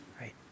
right